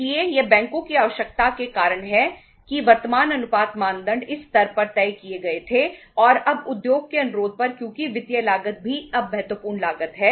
इसलिए यह बैंकों की आवश्यकता के कारण है कि वर्तमान अनुपात मानदंड इस स्तर पर तय किए गए थे और अब उद्योग के अनुरोध पर क्योंकि वित्तीय लागत भी अब महत्वपूर्ण लागत है